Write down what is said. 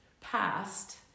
past